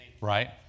Right